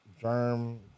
germ